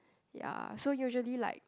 ya so usually like